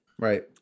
Right